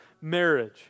marriage